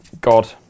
God